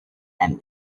and